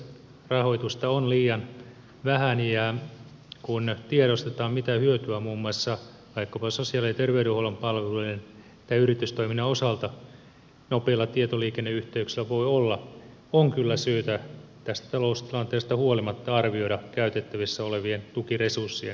rahoitusta on liian vähän ja kun tiedostetaan mitä hyötyä muun muassa vaikkapa sosiaali ja terveydenhuollon palveluiden tai yritystoiminnan osalta nopeilla tietoliikenneyhteyksillä voi olla on kyllä syytä tästä taloustilanteesta huolimatta arvioida käytettävissä olevien tukiresurssien lisäämistä